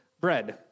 bread